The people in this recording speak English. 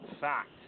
Fact